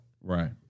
Right